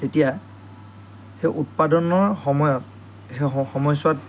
তেতিয়া সেই উৎপাদনৰ সময়ত সেই সময়ছোৱাত